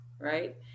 right